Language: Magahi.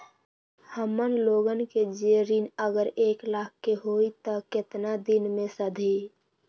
हमन लोगन के जे ऋन अगर एक लाख के होई त केतना दिन मे सधी?